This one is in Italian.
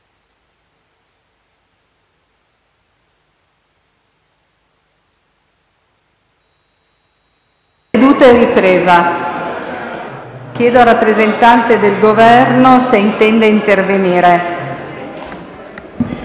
Chiedo al rappresentante del Governo se intende intervenire.